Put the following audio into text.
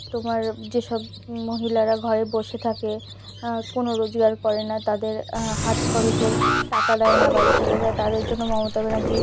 তোমার যেসব মহিলারা ঘরে বসে থাকে কোনো রোজগার করে না তাদের হাত খরচের টাকা দেয় না বাড়ি থেকে তা তাদের জন্য মমতা ব্যানার্জী